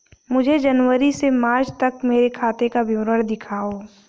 मुझे जनवरी से मार्च तक मेरे खाते का विवरण दिखाओ?